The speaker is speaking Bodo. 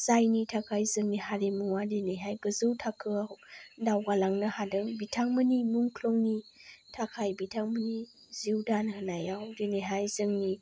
जायनि थाखाय जोंनि हारिमुवा दिनैहाय गोजौ थाखोआव दावगालांनो हादों बिथांमोननि मुंख्लंनि थाखाय बिथांमोननि जिउ दान होनायाव दिनैहाय जोंनि